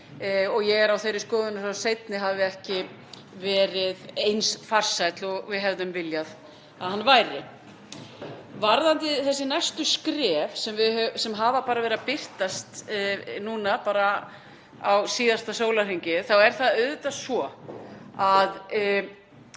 Ég er á þeirri skoðun að sá seinni hafi ekki verið eins farsæll og við hefðum viljað að hann væri. Varðandi þessi næstu skref sem hafa bara verið að birtast núna síðasta sólarhringinn er það auðvitað svo að